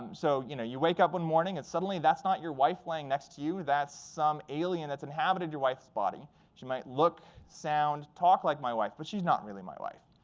so you know you wake up one morning and suddenly, that's not your wife laying next to you. that's some alien that's inhabited your wife's body. she might look, sound, talk like my wife, but she's not really my wife.